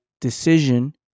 decision